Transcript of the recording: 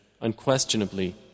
Unquestionably